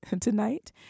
tonight